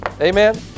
Amen